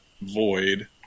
void